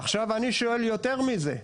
אני שואל יותר מזה.